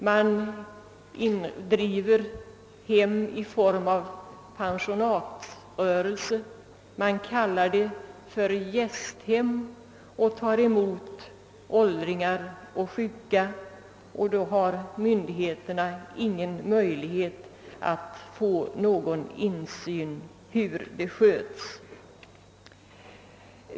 Man kan driva hem i form av pensionatrörelse — de kan kallas för gästhem — och där ta emot åldringar och sjuka. Då har myndigheterna ingen möjlighet att få någon insyn i hur verksamheten sköts.